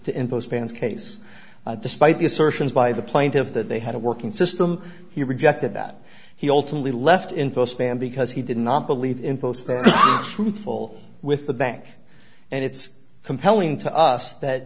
to impose fines case despite the assertions by the plaintiff that they had a working system he rejected that he ultimately left info spam because he did not believe in truthful with the bank and it's compelling to us that